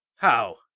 how?